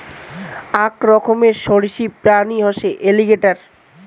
আক রকমের সরীসৃপ প্রাণী হসে এলিগেটের